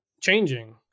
changing